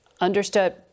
Understood